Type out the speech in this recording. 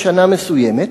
בשנה מסוימת,